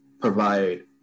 provide